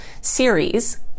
series